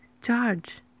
Charge